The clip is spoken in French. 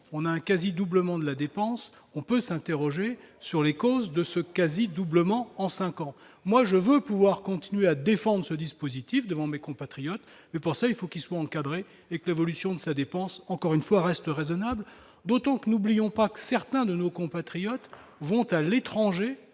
on a un quasi doublement de la dépense, on peut s'interroger sur les causes de ce quasi-doublement en 5 ans, moi, je veux pouvoir continuer à défendre ce dispositif devant mes compatriotes et pour ça il faut qu'il soit encadré et que l'évolution de sa dépense encore une fois, restent raisonnables, d'autant que nous oublions pas que certains de nos compatriotes vont à l'étranger